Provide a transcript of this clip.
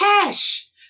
cash